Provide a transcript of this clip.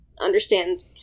understand